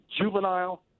juvenile